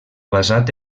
basat